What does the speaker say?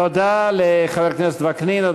תודה לחבר הכנסת וקנין.